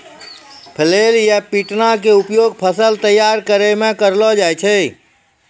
flail या पिटना के उपयोग फसल तैयार करै मॅ करलो जाय छै